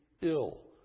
ill